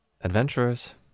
Adventurers